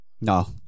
No